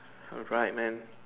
alright man